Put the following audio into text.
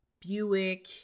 Buick